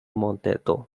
monteto